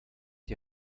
die